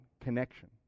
connection